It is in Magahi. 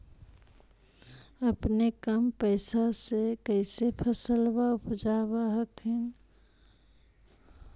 अपने कम पैसा से कैसे फसलबा उपजाब हखिन?